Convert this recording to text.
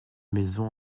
maison